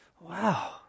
Wow